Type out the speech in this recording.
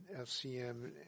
FCM